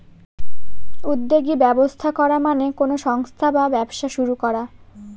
উদ্যোগী ব্যবস্থা করা মানে কোনো সংস্থা বা ব্যবসা শুরু করা